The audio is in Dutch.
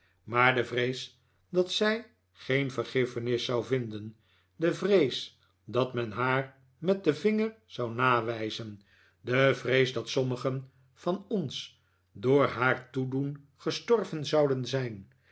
maar de vrees dat zij geen vergiffenis zou vinden de vrees dat men haar met den vinger zou nawijzen de vrees dat sommigen van ons door haar toedoen gestorven zouden zijn